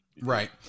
Right